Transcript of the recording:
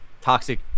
toxic